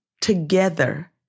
together